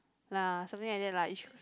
nah something like that lah